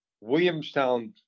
Williamstown